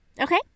okay